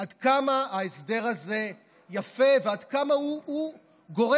עד כמה ההסדר הזה יפה ועד כמה הוא גורם